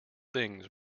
things